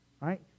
right